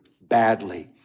badly